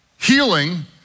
healing